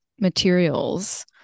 materials